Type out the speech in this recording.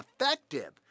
effective